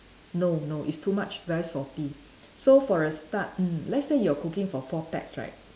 no no it's too much very salty so for a start mm let's say you're cooking for four pax right